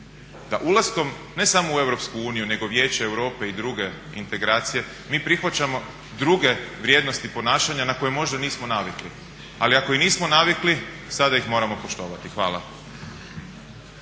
da ulaskom ne samo u Europsku uniju nego Vijeće Europe i druge integracije, mi prihvaćamo druge vrijednosti i ponašanja na koje možda nismo navikli, ali ako i nismo navikli sada ih moramo poštovati. Hvala.